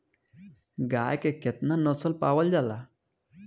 गाय के केतना नस्ल पावल जाला?